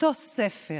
מאותו ספר